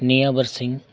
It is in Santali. ᱱᱤᱭᱟᱹᱵᱟᱨ ᱥᱤᱧ